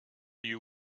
you